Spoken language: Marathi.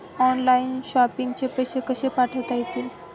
ऑनलाइन शॉपिंग चे पैसे कसे पाठवता येतील?